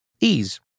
Ease